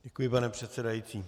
Děkuji, pane předsedající.